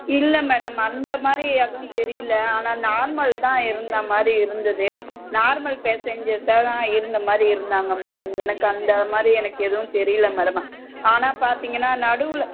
இல்லை மேடம் அந்தமாதிரி எதுவும் தெரியல ஆனால் நார்மல் தான் இருந்த மாதிரி இருந்துது நார்மல் பேசஞ்சர் தான் இருந்த மாதிரி இருந்தாங்க மேடம் எனக்கு அந்தமாதிரி எனக்கு எதுவும் தெரியல மேடம் ஆனால் பார்த்திங்கன்னா நடுவில்